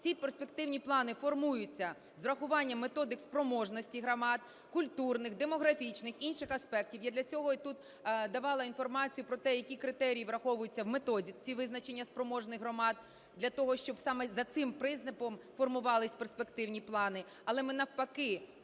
Ці перспективні плани формуються з урахуванням методик спроможності громад, культурних, демографічних, інших аспектів, я для цього тут давала інформацію про те, які критерії враховуються в методиці визначення спроможних громад, для того, щоб саме за цим принципом формувались перспективні плани.